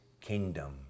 kingdom